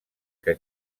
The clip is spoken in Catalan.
que